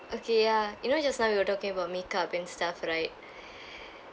okay ya you know just now you were talking about makeup and stuff right